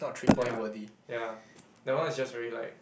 ya ya that one is just very like